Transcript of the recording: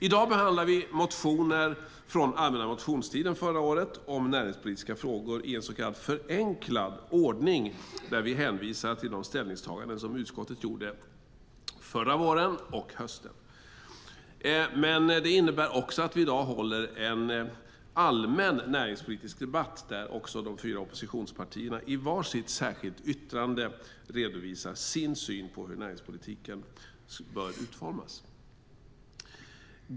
I dag behandlar vi motioner från allmänna motionstiden förra året om näringspolitiska frågor i en så kallad förenklad ordning där vi hänvisar till de ställningstaganden som utskottet gjorde förra våren och hösten. Det innebär också att vi i dag håller en allmän näringspolitisk debatt där de fyra oppositionspartierna i var sitt särskilt yttrande redovisar sin syn på hur näringspolitiken bör utformas.